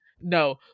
No